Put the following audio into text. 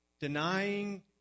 denying